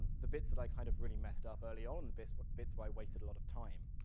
the bits that i kind of really messed up early on, the bits but bits where i wasted a lot of time.